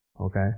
Okay